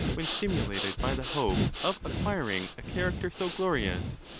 when stimulated by the hope of acquiring a character so glorious?